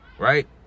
Right